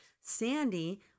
Sandy